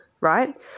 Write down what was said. right